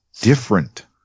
different